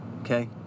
Okay